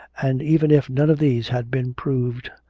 and even if none of these had been proved,